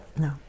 No